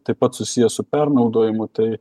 taip pat susijęs su pernaudojimu tai